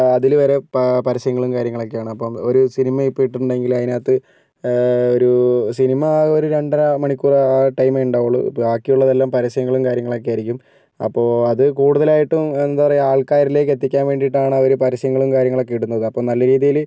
അതിൽ വരെ പാ പരസ്യങ്ങളും കാര്യങ്ങളൊക്കെയാണ് അപ്പം ഒരു സിനിമ ഇപ്പോൾ ഇട്ടിട്ടുണ്ടെങ്കിൽ അതിനകത്തു ഒരു സിനിമ ആകെ ഒരു രണ്ടര മണിക്കൂർ ആ ടൈമേ ഉണ്ടാകുകയുള്ളൂ ബാക്കിയുള്ളതെല്ലാം പരസ്യങ്ങളും കാര്യങ്ങളുമൊക്കെ ആയിരിക്കും അപ്പോൾ അത് കൂടുതലായിട്ടും എന്താ പറയുക ആൾക്കാരിലേക്ക് എത്തിക്കാൻ വേണ്ടിയിട്ടാണ് അവർ പരസ്യങ്ങളും കാര്യങ്ങളൊക്കെ ഇടുന്നത് അപ്പം നല്ല രീതിയിൽ